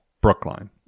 Brookline